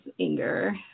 anger